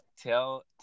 tell